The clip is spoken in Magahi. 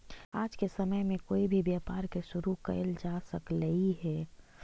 आज के समय में कोई भी व्यापार के शुरू कयल जा सकलई हे